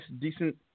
decent